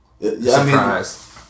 Surprise